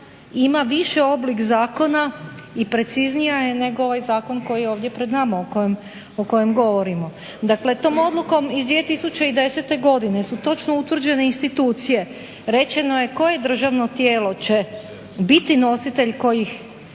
ima više oblik zakona i preciznija je nego ovaj zakon koji je ovdje pred nama o kojem govorimo. Dakle, tom Odlukom iz 2010. godine su točno utvrđene institucije, rečeno je koje državno tijelo će biti nositelj kojih